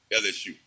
LSU